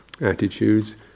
attitudes